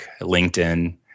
LinkedIn